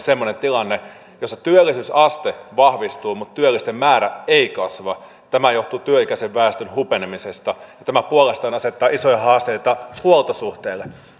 semmoisen tilanteen jossa työllisyysaste vahvistuu mutta työllisten määrä ei kasva tämä johtuu työikäisen väestön hupenemisesta ja se puolestaan asettaa isoja haasteita huoltosuhteelle